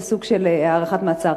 זה סוג של הארכת מעצר.